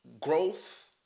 growth